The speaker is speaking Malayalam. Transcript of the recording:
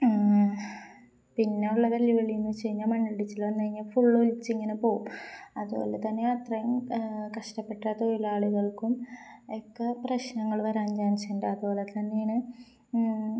പിന്നെയള്ള വെല്ലുവിളിന്ന് വെച്ച് കഴിഞ്ഞാ മണ്ണിടിച്ചില് വന്ന കഴിഞ്ഞാ ഫുൊലച്ച് ഇങ്ങനെ പോകവും അതുപോലെ തന്നെ അത്രയും കഷ്ടപ്പെട്ട തൊഴിലാളികൾക്കും എക്കെ പ്രശ്നങ്ങള് വരാൻ ചാനിച്ചണ്ട് അതുപോലെ തന്നെയാണ്